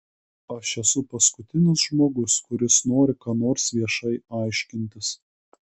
aš esu paskutinis žmogus kuris nori ką nors viešai aiškintis